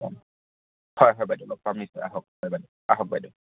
অ' হয় হয় বাইদ' লগ পাম নিশ্চয় আহক হয় বাইদ' আহক বাইদ' অহ